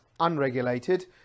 unregulated